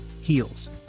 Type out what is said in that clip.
heels